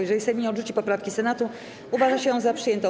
Jeżeli Sejm nie odrzuci poprawki Senatu, uważa się ją za przyjętą.